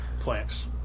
Planks